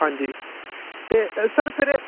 ਹਾਂਜੀ ਅਤੇ ਸਰ ਫਿਰ